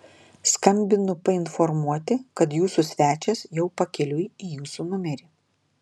skambinu painformuoti kad jūsų svečias jau pakeliui į jūsų numerį